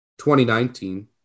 2019